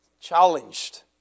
challenged